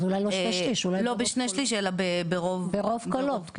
לא בשני שליש אלא ברוב קולות.